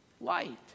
light